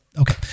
Okay